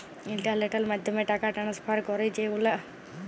ইলটারলেটের মাধ্যমে টাকা টেনেসফার ক্যরি যে গুলা